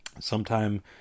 sometime